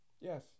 yes